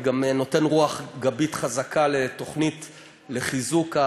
אני גם נותן רוח גבית חזקה לתוכנית לחיזוק,